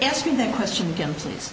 asking the question again please